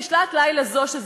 בשעת לילה זאת,